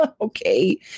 okay